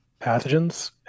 pathogens